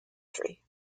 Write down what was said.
three